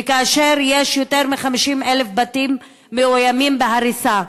וכאשר יותר מ-50,000 בתים מאוימים בהריסה,